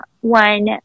one